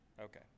Okay